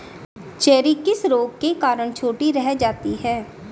Cherry किस रोग के कारण छोटी रह जाती है?